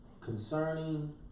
concerning